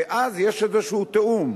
ואז יש איזשהו תיאום.